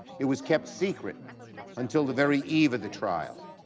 it was kept secret until the very eve of the trial.